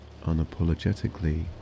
unapologetically